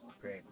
Great